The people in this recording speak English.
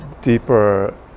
deeper